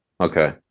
Okay